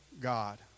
God